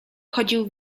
chodził